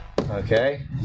Okay